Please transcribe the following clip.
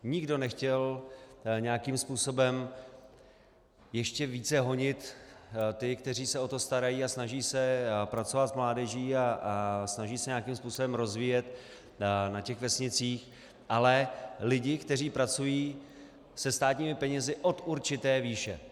Nikdo nechtěl nějakým způsobem ještě více honit ty, kteří se o to starají a snaží se pracovat s mládeží a snaží se to nějakým způsobem rozvíjet na vesnicích, ale lidi, kteří pracují se státními penězi od určité výše.